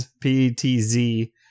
P-T-Z